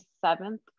seventh